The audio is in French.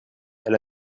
elle